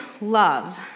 love